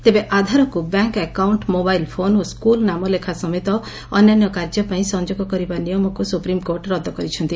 ତେବେ ଆଧାରକୁ bank account mobile phone ଓ ସ୍କୁଲ୍ ନାମଲେଖା ସମେତ ଅନ୍ୟାନ୍ୟ କାର୍ଯ୍ୟପାଇଁ ସଂଯୋଗ କରିବା ନିୟମକୁ ସୁପ୍ରିମ୍କୋର୍ଟ ରଦ୍ଦ କରିଛନ୍ତି